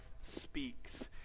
speaks